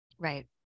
Right